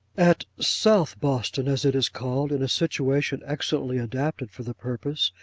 at south boston, as it is called, in a situation excellently adapted for the purpose,